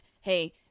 Hey